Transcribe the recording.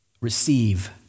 receive